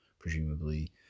presumably